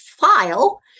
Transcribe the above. file